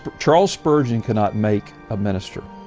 but charles spurgeon cannot make a minister.